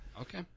Okay